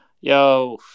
Yo